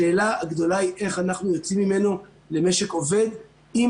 השאלה הגדולה היא איך אנחנו יוצאים ממנו למשק עובד עם